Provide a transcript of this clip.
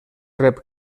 rep